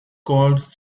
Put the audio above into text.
gold